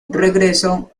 regreso